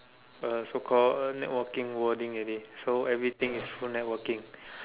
uh so called uh networking wording already so everything is for networking